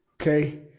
Okay